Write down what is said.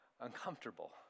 uncomfortable